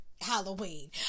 Halloween